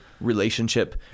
relationship